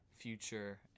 Future